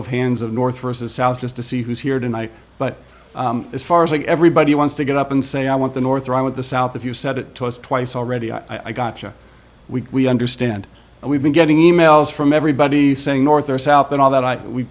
of hands of north versus south just to see who's here tonight but as far as like everybody wants to get up and say i want the north around with the south if you said it to us twice already i gotcha we understand and we've been getting e mails from everybody saying north or south and all that i we